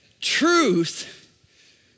truth